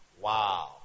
Wow